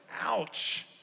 ouch